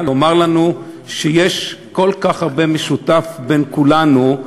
לומר לנו שיש כל כך הרבה משותף בין כולנו.